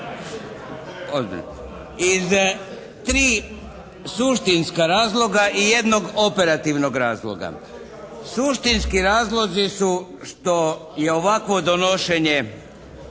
Iz tri suštinska razloga i jednog operativnog razloga. Suštinski razlozi su što je ovakvo donošenje